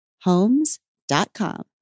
Homes.com